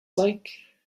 like